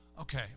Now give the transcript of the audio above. Okay